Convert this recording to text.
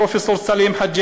פרופסור סלים חאג'